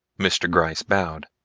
mr. gryce bowed.